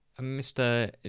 Mr